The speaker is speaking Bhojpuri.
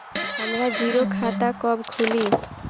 हमरा जीरो खाता कब खुली?